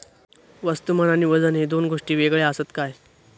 वस्तुमान आणि वजन हे दोन गोष्टी वेगळे आसत काय?